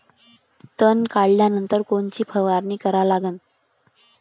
तन काढल्यानंतर कोनची फवारणी करा लागन?